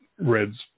Red's